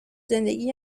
زندگی